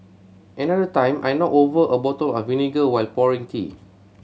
another time I knocked over a bottle of vinegar while pouring tea